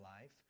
life